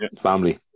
family